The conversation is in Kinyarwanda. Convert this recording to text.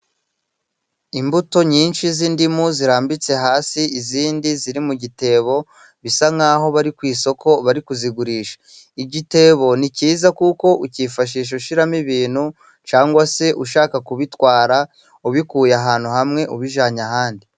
Imbuto nyinshi z'indimu zirambitse hasi, izindi ziri mu gitebo bisa nk'aho bari ku isoko bari kuzigurisha. Igitebo ni cyiza kuko ucyifashisha ushyiramo ibintu cyangwa se ushaka kubitwara, ubikuye ahantu hamwe ubijanye ahandi.